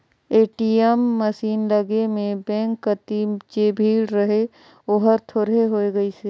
ATM machine लगे में bank कति जे भीड़ रहें ओहर थोरहें होय गईसे